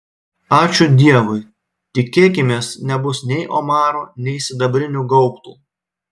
ačiū dievui tikėkimės nebus nei omarų nei sidabrinių gaubtų